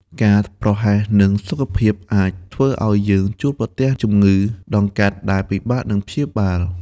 ការប្រហែសនឹងសុខភាព អាចធ្វើឱ្យយើងជួបប្រទះជំងឺដង្កាត់ដែលពិបាកនឹងព្យាបាល។